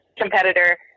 competitor